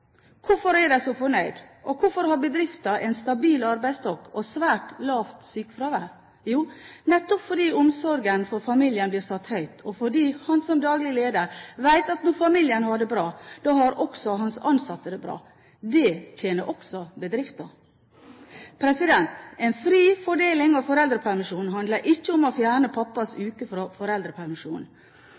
Hvorfor er de så fornøyde? Hvorfor har bedriften en stabil arbeidstokk og svært lavt sykefravær? Jo, nettopp fordi omsorgen for familien blir satt høyt, og fordi han som daglig leder vet at når familien har det bra, har også hans ansatte det bra. Det tjener også bedriften. En fri fordeling av foreldrepermisjonen handler ikke om å fjerne pappas